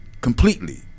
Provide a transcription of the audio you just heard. completely